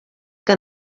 que